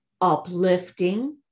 uplifting